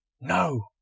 No